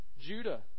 Judah